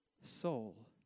soul